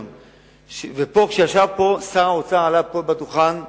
כששר האוצר עלה על הדוכן פה,